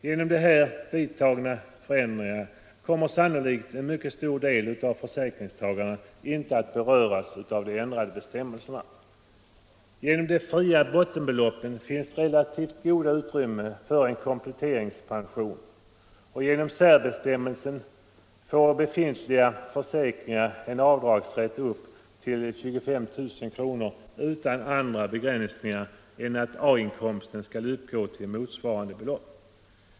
Genom de vidtagna förändringarna kommer sannolikt en mycket stor 57 del av försäkringstagarna inte att beröras av de ändrade bestämmelserna. Genom de fria bottenbeloppen finns relativt goda utrymmen för en kompletteringspension, och genom särbestämmelsen får befintliga försäkringar en avdragsrätt upp till 25 000 kr. utan andra begränsningar än att A-inkomsten skall uppgå till motsvarande belopp.